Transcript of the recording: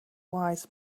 wise